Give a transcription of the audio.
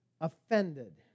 offended